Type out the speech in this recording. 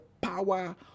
power